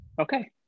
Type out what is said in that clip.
Okay